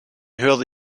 höre